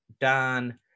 Dan